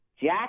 Jack